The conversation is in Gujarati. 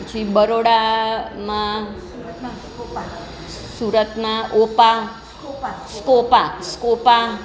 પછી બરોડામાં સુરતમાં ઓપા સ્કોપા